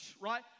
right